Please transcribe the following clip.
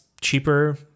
cheaper